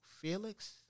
Felix